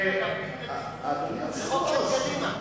עליו את דין הרציפות זה חוק של קדימה.